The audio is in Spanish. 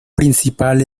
principal